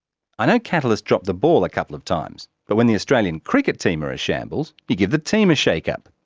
i know catalyst dropped the ball a couple of times, but when the australian cricket team are a shambles, you give the team a shake-up,